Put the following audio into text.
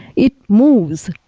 it moves,